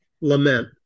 Lament